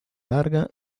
larga